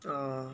ah